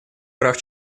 прав